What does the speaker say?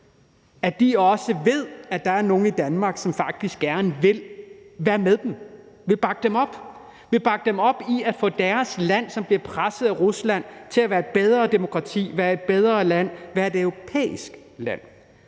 sig, også ved, at der er nogle i Danmark, som faktisk gerne vil være med dem og vil bakke dem op – vil bakke dem op i at få deres land, som bliver presset af Rusland, til at være et bedre demokrati, være et bedre land, være et europæisk land.